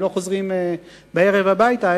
הם לא חוזרים בערב הביתה,